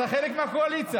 אתה חלק מהקואליציה.